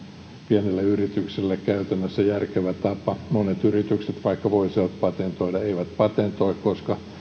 pienelle yritykselle käytännössä järkevä tapa monet yritykset vaikka voisivat patentoida eivät patentoi koska